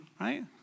right